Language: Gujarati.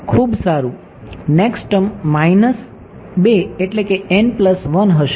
ખૂબ સારું નેક્સ્ટ ટર્મ માઇનસ 2 એટલે કે હશે